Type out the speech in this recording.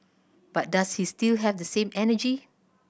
but does he still have the same energy